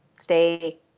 stay